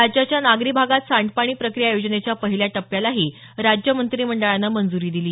राज्याच्या नागरी भागात सांडपाणी प्रक्रिया योजनेच्या पहिल्या टप्प्यालाही राज्य मंत्रिमंडळानं मंजुरी दिली